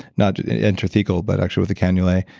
not intrathecal, but actually with a cannula,